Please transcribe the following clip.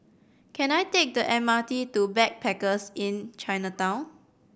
can I take the M R T to Backpackers Inn Chinatown